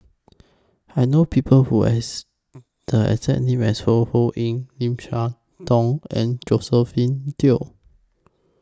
I know People Who has The exact name as Ho Ho Ying Lim Siah Tong and Josephine Teo